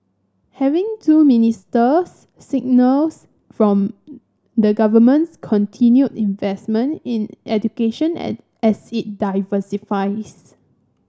having two ministers signals from the government's continued investment in education at as it diversifies